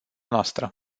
noastră